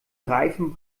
reifen